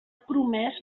promès